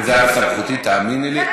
אם זה היה בסמכותי, תאמיני לי.